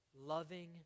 Loving